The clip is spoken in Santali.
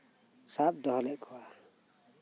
ᱥᱟᱵ ᱫᱚᱦᱚ ᱞᱮᱫ ᱠᱚᱣᱟ